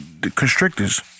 constrictors